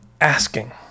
asking